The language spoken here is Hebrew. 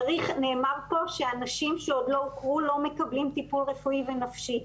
נאמר פה שאנשים שעוד לא הוכרו לא מקבלים טיפול רפואי ונפשי.